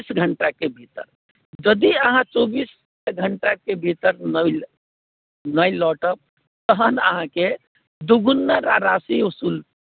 चौबीस घण्टाके भीतर यदि अहाँ चौबीस घण्टाके भीतर नहि नहि लौटब तहन अहाँकेँ दुगुना राशि वसूल